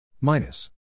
Minus